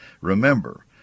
Remember